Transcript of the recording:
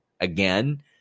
again